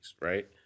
right